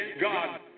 God